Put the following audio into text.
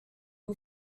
who